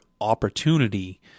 opportunity